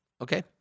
Okay